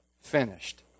finished